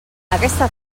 aquesta